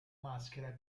maschera